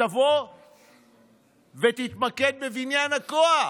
תבוא ותתמקד בבניין הכוח.